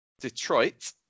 Detroit